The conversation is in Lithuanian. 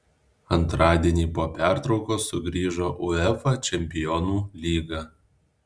antradienį po pertraukos sugrįžo uefa čempionų lyga